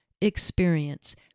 experience